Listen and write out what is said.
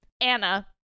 Anna